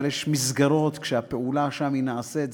אבל יש מסגרות שכשהפעולה נעשית בהן,